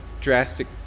drastic